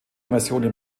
versionen